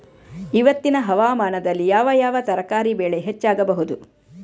ಇವತ್ತಿನ ಹವಾಮಾನದಲ್ಲಿ ಯಾವ ಯಾವ ತರಕಾರಿ ಬೆಳೆ ಹೆಚ್ಚಾಗಬಹುದು?